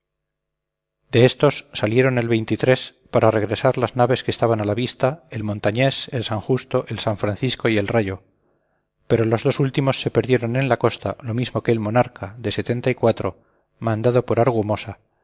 de éstos salieron el para represar las naves que estaban a la vista el montañés el san justo el san francisco y el rayo pero los dos últimos se perdieron en la costa lo mismo que el monarca de mandado por argumosa